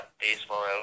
baseball